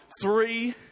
three